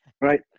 Right